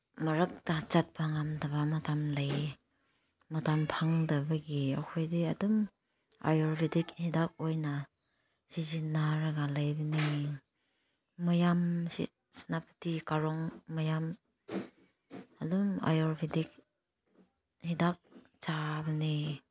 ꯃꯔꯛꯇ ꯆꯠꯄ ꯉꯝꯗꯕ ꯃꯇꯝ ꯂꯩ ꯃꯇꯝ ꯐꯪꯗꯕꯒꯤ ꯑꯩꯈꯣꯏꯗꯤ ꯑꯗꯨꯝ ꯑꯌꯨꯔꯚꯦꯗꯤꯛ ꯍꯤꯗꯥꯛ ꯑꯣꯏꯅ ꯁꯤꯖꯤꯟꯅꯔꯒ ꯂꯩꯕꯅꯦ ꯃꯌꯥꯝꯁꯤ ꯁꯦꯅꯥꯄꯇꯤ ꯀꯥꯔꯣꯡ ꯃꯌꯥꯝ ꯑꯗꯨꯝ ꯑꯥꯌꯨꯔꯚꯦꯗꯤꯛ ꯍꯤꯗꯥꯛ ꯆꯥꯕꯅꯦ